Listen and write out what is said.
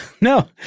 No